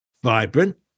Vibrant